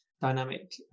dynamic